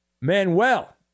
Manuel